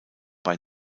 bei